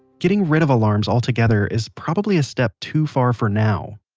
getting rid of alarms altogether is probably a step too far for now,